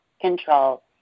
control